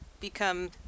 become